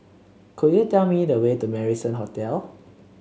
could you tell me the way to Marrison Hotel